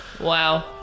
Wow